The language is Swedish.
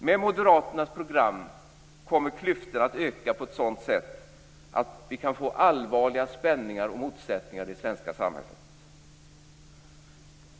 Med Moderaternas program kommer klyftorna att öka på ett sådant sätt att vi kan få allvarliga spänningar och motsättningar i det svenska samhället.